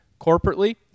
corporately